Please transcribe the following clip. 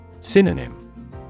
Synonym